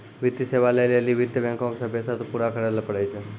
वित्तीय सेवा लै लेली वित्त बैंको के सभ्भे शर्त पूरा करै ल पड़ै छै